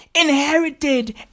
Inherited